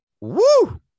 Woo